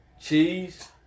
cheese